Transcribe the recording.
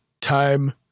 time